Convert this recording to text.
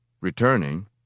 Returning